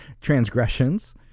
transgressions